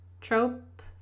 trope